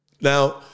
Now